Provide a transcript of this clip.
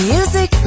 Music